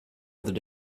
other